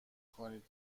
کنید